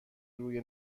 روی